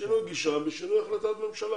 שינוי גישה בשינוי החלטת ממשלה